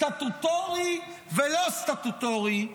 סטטוטורי ולא סטטוטורי,